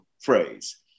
phrase